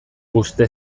puzte